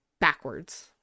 backwards